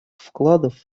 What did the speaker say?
вкладов